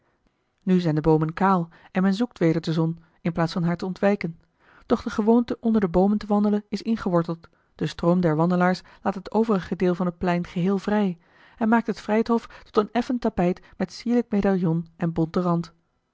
nu zijn de boomen kaal en men zoekt weder de zon in plaats van haar te ontwijken doch de gewoonte onder de boomen te wandelen is ingeworteld de stroom der wandelaars laat het overig deel van het plein geheel vrij en maakt het vrijthof tot een effen tapijt met sierlijk medaillon en bonten rand